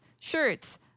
shirts